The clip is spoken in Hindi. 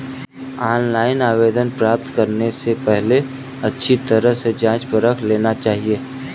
ऑनलाइन आवेदन प्राप्त करने से पहले अच्छी तरह से जांच परख लेना चाहिए